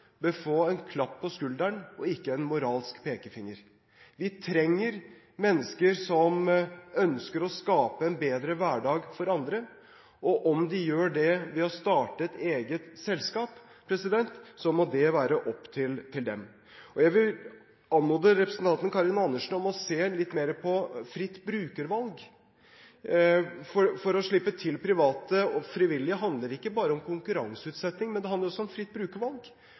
bør få en klapp på skulderen og ikke en moralsk pekefinger. Vi trenger mennesker som ønsker å skape en bedre hverdag for andre, og om de gjør det ved å starte et eget selskap, må det være opp til dem. Jeg vil anmode representanten Karin Andersen om å se litt mer på fritt brukervalg, for å slippe til private og frivillige handler ikke bare om konkurranseutsetting, det handler også om fritt brukervalg,